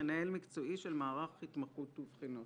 מנהל מקצועי של מערך התמחות ובחינות,